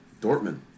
Dortmund